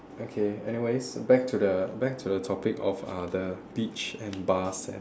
okay anyways back to the back to the topic of uh the beach and bars and